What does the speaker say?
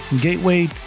Gateway